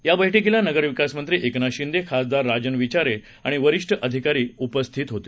याबैठकीलानगरविकासमंत्रीएकनाथशिंदे खासदारराजनविचारे आणिवरीष्ठअधिकारीउपस्थितहोते